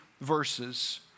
verses